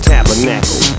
Tabernacle